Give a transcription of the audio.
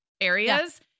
areas